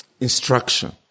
instruction